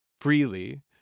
freely